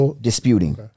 disputing